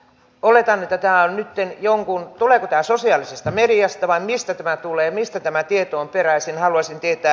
oletan että tää on nyt teen jonkun tule ja sosiaalisesta mediasta vai mistä tämä tulee mistä tämä tieto on peräisin haluaisin kiittää